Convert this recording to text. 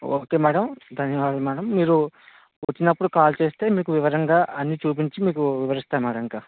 okay madam ధన్యవాదాలు madam మీరు వచ్చినప్పుడు కాల్ చేస్తే మీకు వివరంగా అన్నీ చూపించి మీకు వివరిస్తా మ్యాడమ్ ఇంకా